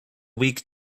weak